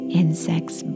insects